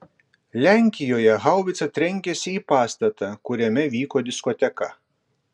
lenkijoje haubica trenkėsi į pastatą kuriame vyko diskoteka